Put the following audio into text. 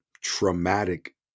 traumatic